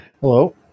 Hello